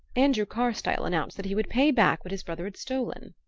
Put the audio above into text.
andrew carstyle announced that he would pay back what his brother had stolen.